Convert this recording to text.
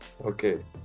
Okay